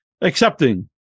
accepting